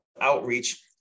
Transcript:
outreach